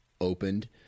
opened